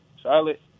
Charlotte